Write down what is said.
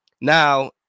Now